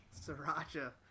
Sriracha